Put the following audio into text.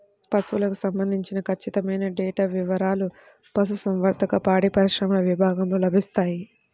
పశువులకు సంబంధించిన ఖచ్చితమైన డేటా వివారాలు పశుసంవర్ధక, పాడిపరిశ్రమ విభాగంలో లభిస్తాయి